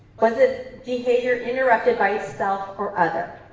was the behavior interrupted by self or other?